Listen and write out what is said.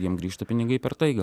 jiem grįžta pinigai per tai gal